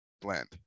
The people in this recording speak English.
blend